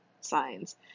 signs